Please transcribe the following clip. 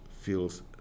feels